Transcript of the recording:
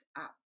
up